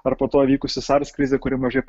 ar po to vykusi sars krizė kuri mažai